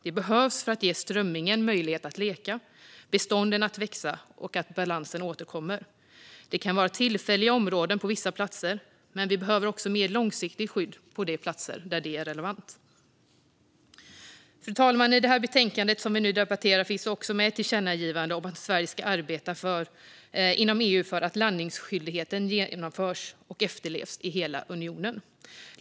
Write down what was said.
Det behövs för att ge strömmingen möjlighet att leka, bestånden möjlighet att växa och balansen möjlighet att återkomma. Det kan vara tillfälliga områden på vissa platser, men vi behöver också mer långsiktigt skydd på de platser där det är relevant. Fru talman! I det betänkande som vi nu debatterar finns också ett tillkännagivande om att Sverige ska arbeta inom EU för att landningsskyldigheten genomförs och efterlevs i hela unionen.